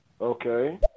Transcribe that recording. okay